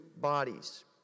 bodies